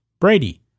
Brady